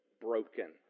broken